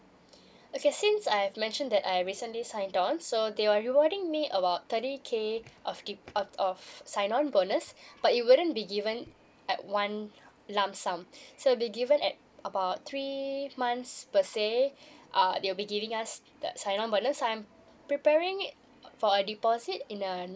okay since I've mention that I recently signed on so they were rewarding me about thirty k of ke~ of of sign on bonus but it wouldn't be given at one lump sum so be given at about three months per se uh they will be giving us that sign on bonus so I'm preparing it for a deposit in uh